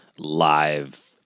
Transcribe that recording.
live